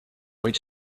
wait